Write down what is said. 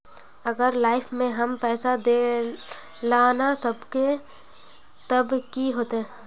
अगर लाइफ में हम पैसा दे ला ना सकबे तब की होते?